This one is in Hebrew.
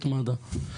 את מד"א.